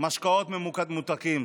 משקאות ממותקים,